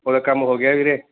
ਉਹਦਾ ਕੰਮ ਹੋ ਗਿਆ ਵੀਰੇ